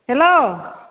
hello